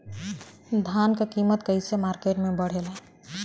धान क कीमत कईसे मार्केट में बड़ेला?